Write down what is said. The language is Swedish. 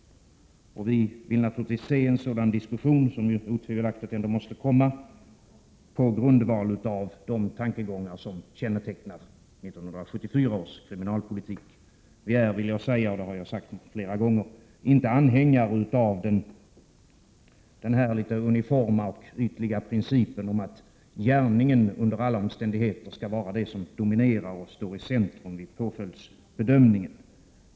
Vi vill naturligtvis se en sådan diskussion, som otvivelaktigt ändå måste komma, på grundval av de tankegångar som kännetecknar 1974 års kriminalpolitik. Vi är — som jag har sagt flera gånger — inte anhängare av den litet uniforma och ytliga principen att gärningen under alla omständigheter skall vara det som dominerar och som står i centrum vid påföljdsbedömningen.